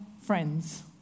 friends